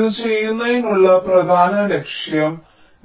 ഇത് ചെയ്യുന്നതിനുള്ള പ്രധാന ലക്ഷ്യം